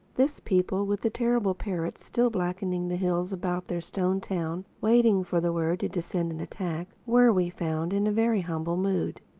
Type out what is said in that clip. this people, with the terrible parrots still blackening the hills about their stone town, waiting for the word to descend and attack, were, we found, in a very humble mood.